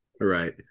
right